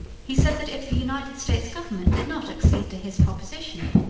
he said that if the united states government did not accede to his proposition,